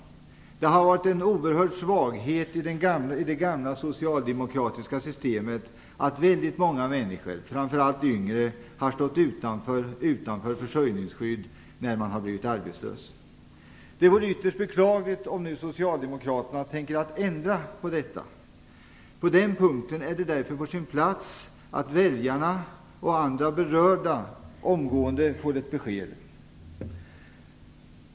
Det har varit en oerhörd svaghet i det gamla socialdemokratiska systemet att väldigt många människor, framför allt yngre, har stått utan försörjningsskydd vid arbetslöshet. Det vore ytterst beklagligt om nu socialdemokraterna skulle ändra på detta. På den punkten är det därför på sin plats att väljarna och alla berörda omgående får ett besked.